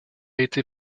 été